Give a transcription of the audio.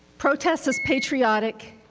protest is patriotic,